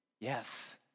yes